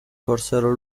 corsero